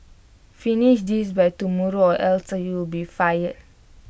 finish this by tomorrow or else you'll be fired